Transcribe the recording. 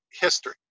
history